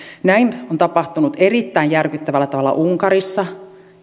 näin on tapahtunut erittäin järkyttävällä tavalla unkarissa